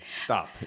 Stop